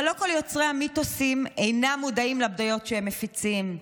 אבל לא כל יוצרי המיתוסים אינם מודעים לבעיות שהם מפיצים.